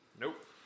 Nope